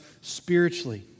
spiritually